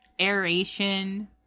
aeration